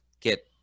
get